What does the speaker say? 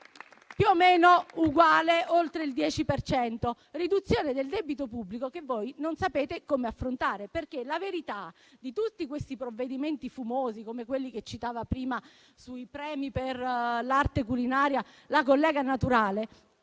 più o meno uguale, oltre il 10 per cento; riduzione del debito pubblico che voi non sapete come affrontare. La verità è che con tutti questi provvedimenti fumosi, come quelli che citava prima sui premi per l'arte culinaria la collega Naturale,